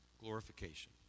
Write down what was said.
glorification